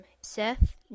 Seth